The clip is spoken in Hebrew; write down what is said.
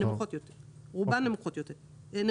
רובן נמוכות יותר.